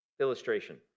Illustration